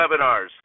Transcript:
webinars